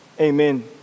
amen